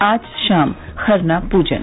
आज शाम खरना पूजन